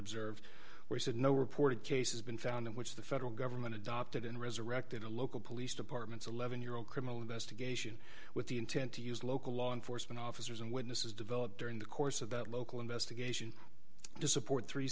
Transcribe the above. observed where he said no reported cases been found in which the federal government adopted in resurrected a local police department's eleven year old criminal investigation with the intent to use local law enforcement officers and witnesses develop during the course of that local investigation to support three